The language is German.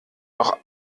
doch